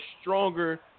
stronger